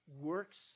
works